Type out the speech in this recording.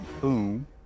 boom